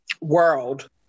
world